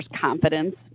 confidence